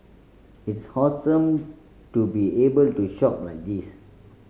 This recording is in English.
it's awesome to be able to shop like this